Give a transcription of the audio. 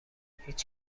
هیچ